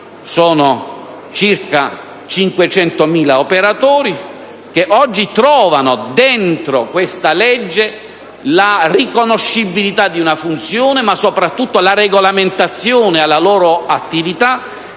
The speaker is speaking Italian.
Sono circa 500.000 gli operatori che oggi trovano dentro questa legge la riconoscibilità di una funzione ma, soprattutto, la regolamentazione della loro attività